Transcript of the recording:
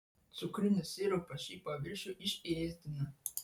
cukrinis sirupas šį paviršių išėsdina